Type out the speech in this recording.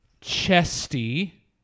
chesty